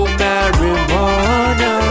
marijuana